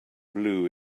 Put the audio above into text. blue